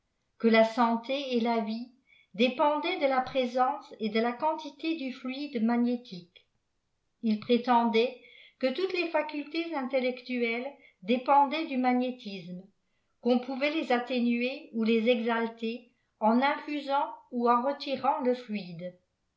que la sauté et la vie dépendaient de la présence et de la quantité du fluide magnétique il prétendait que toutes le facultés intellectuelles dépen daient du magnétisme qu'on pouvait les atténuer ou les exalter en infusant ou en retirant le fluide